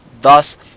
Thus